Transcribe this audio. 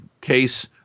case